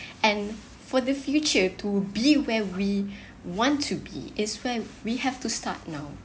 and for the future to be where we want to be is where we have to start now